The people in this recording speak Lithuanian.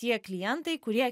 tie klientai kurie